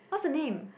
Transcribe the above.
what's the name